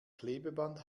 klebeband